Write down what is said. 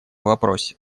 вопросе